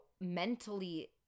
mentally